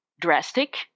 drastic